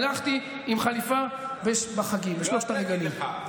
הלכתי עם חליפה בחגים, בשלושת הרגלים.